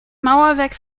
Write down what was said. mauerwerk